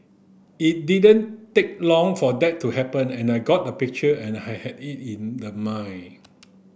it didn't take long for that to happen and I got the picture and I had it in the mind